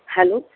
hello